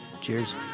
cheers